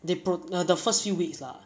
they pro~ err the first few weeks lah